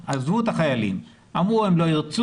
- עזבו את החיילים למרות שאמרו שהם לא ירצו,